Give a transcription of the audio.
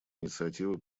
инициативы